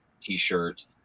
t-shirt